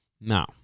Now